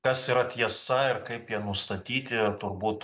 kas yra tiesa ir kaip ją nustatyti turbūt